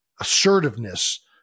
assertiveness